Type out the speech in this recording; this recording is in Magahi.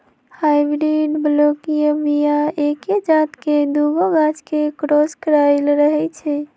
हाइब्रिड बलौकीय बीया एके जात के दुगो गाछ के क्रॉस कराएल रहै छै